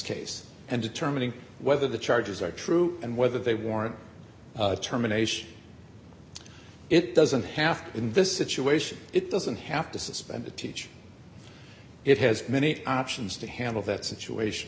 case and determining whether the charges are true and whether they warrant terminations it doesn't have in this situation it doesn't have to suspend the teacher it has many options to handle that situation